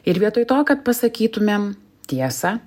ir vietoj to kad pasakytumėm tiesą